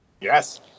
Yes